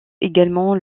également